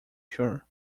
sure